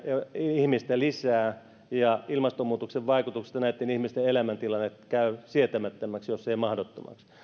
ihmistä lisää ja ilmastonmuutoksen vaikutukset ja näitten ihmisten elämäntilanne käyvät sietämättömiksi jos eivät mahdottomiksi